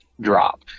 drop